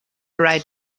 write